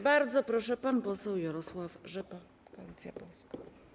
Bardzo proszę, pan poseł Jarosław Rzepa, Koalicja Polska.